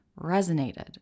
resonated